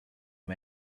and